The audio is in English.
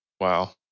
Wow